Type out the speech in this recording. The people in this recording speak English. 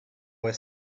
were